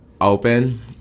open